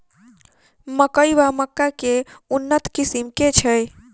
मकई वा मक्का केँ उन्नत किसिम केँ छैय?